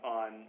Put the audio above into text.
on